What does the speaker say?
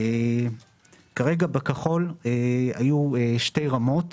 כרגע, בכחול היו שתי רמות